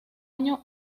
año